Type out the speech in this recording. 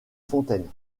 fontaine